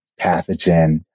pathogen